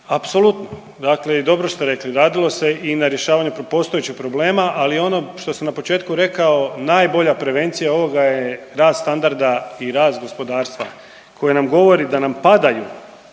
Apsolutno. Dakle i dobro ste rekli radilo se i na rješavanju postojećeg problema, ali ono što sam na početku rekao najbolja prevencija ovoga je rast standarda i rast gospodarstva koje nam govori da nam padaju